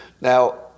Now